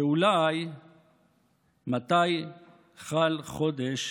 אולי מתי חל חודש